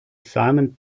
simon